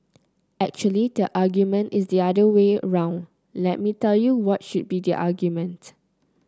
actually the argument is the other way round let me tell you what should be the argument